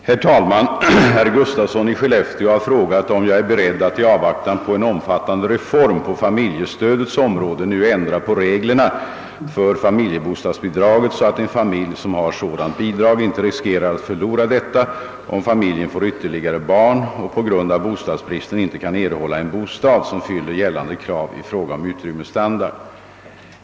Herr talman! Herr Gustafsson i Skellefteå har frågat om jag är beredd att i avvaktan på en omfattande reform på familjestödets område nu ändra på reglerna för familjebostadsbidraget så att en familj som har sådant bidrag inte riskerar att förlora detta om familjen får ytterligare barn och på grund av bostadsbristen inte kan erhålla en bostad som fyller gällande krav i fråga om utrymmesstandard.